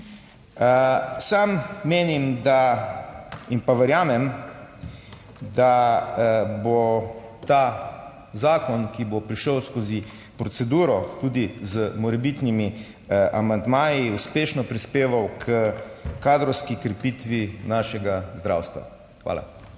Sam menim, da in pa verjamem, da bo ta zakon, ki bo prišel skozi proceduro tudi z morebitnimi amandmaji, uspešno prispeval k kadrovski krepitvi našega zdravstva. Hvala.